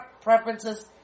preferences